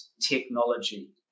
technology